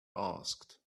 asked